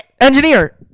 Engineer